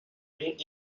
bring